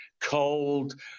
cold